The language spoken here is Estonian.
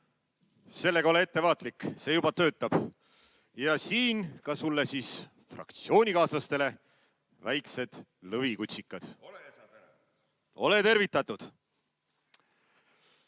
Sellega ole ettevaatlik, see juba töötab. Ja siin sulle ja fraktsioonikaaslastele ka väiksed lõvikutsikad. Ole sa tänatud!